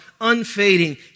unfading